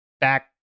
back